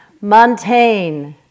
Montaigne